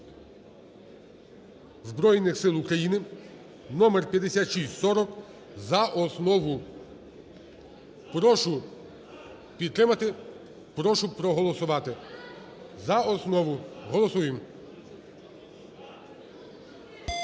Збройних Сил України (№ 5640) за основу. Прошу підтримати, прошу проголосувати за основу, голосуємо.